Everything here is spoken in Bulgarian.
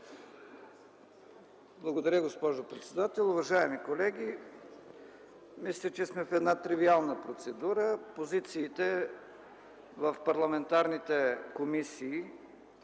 Благодаря, госпожо председател. Уважаеми колеги, мисля че сме в една тривиална процедура. Позициите в парламентарните комисии